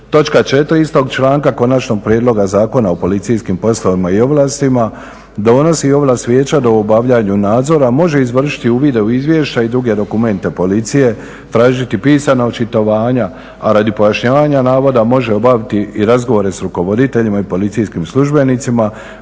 4. istog članka Konačnog prijedloga zakona o policijskim poslovima i ovlastima donosi i ovlast vijeća da u obavljanju nadzora može izvršiti uvide u izvješća i druge dokumente policije, tražiti pisana očitovanja, a radi pojašnjavanja navoda može obaviti i razgovore sa rukovoditeljima i policijskim službenicima